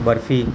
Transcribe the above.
barfi